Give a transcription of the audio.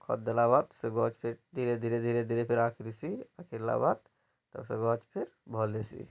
ଖତ ଦେଲା ବାଦ୍ ସେ ଗଛ୍ ଫିର୍ ଧୀରେ ଧୀରେ ଧୀରେ ଧୀରେ ଫିର୍ ଆଖଁ ଦିଶି ଆଖିର୍ ଲାଗ୍ବାର୍ ବାଦ୍ ତ ସେ ଗଛ୍ ଫିର୍ ଭଲ୍ ହେସି